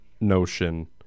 notion